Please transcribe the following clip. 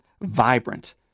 vibrant